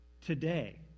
today